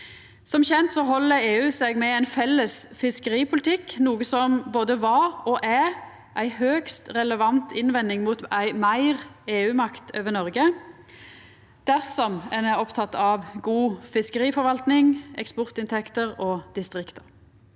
Som kjent held EU seg med ein felles fiskeripolitikk, noko som både var og er ei høgst relevant innvendig mot meir EU-makt over Noreg – dersom ein er oppteken av god fiskeriforvalting, eksportinntekter og distrikta.